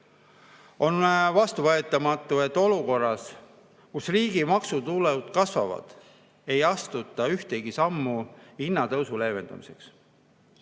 On vastuvõetamatu, et olukorras, kus riigi maksutulud kasvavad, ei astuta ühtegi sammu hinnatõusu leevendamiseks.